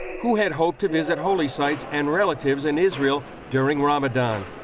who had hoped to visit holy sites and relatives in israel during ramadan.